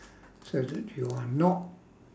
so that you are not